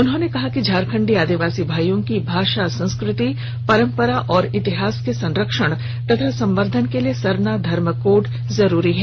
उन्होंने कहा कि झारखंडी आदिवासी भाइयों की भाषा संस्कृति परंपरा एवं इतिहास के संरक्षण एवं संवर्द्धन के लिए सरना धर्म कोड जरूरी है